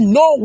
no